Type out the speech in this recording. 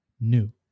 new